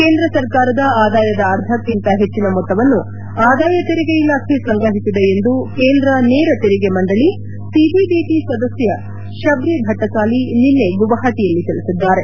ಕೇಂದ್ರ ಸರಕಾರದ ಆದಾಯದ ಅರ್ಧಕ್ಕಿಂತ ಹೆಚ್ಚಿನ ಮೊತ್ತವನ್ನು ಆದಾಯ ತೆರಿಗೆ ಇಲಾಖೆ ಸಂಗ್ರಹಿಸಿದೆ ಎಂದು ಕೇಂದ್ರ ನೇರ ತೆರಿಗೆ ಮಂಡಳಿ ಸಿಬಿಡಿಟ ಸದಸ್ನ ಶಬ್ರಿ ಭಟ್ನಾಸಾಲಿ ನಿನ್ನೆ ಗುವಾಹಟಿಯಲ್ಲಿ ತಿಳಿಸಿದ್ದಾರೆ